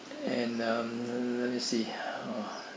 and um let me see uh